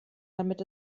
damit